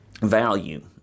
value